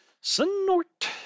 Snort